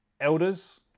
elders